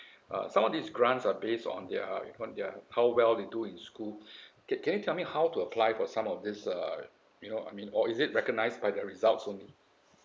uh some of these grants are based on their you know their how well they do in school okay can you tell me how to apply for some of this uh you know I mean or is it recognized by the results only